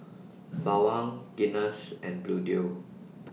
Bawang Guinness and Bluedio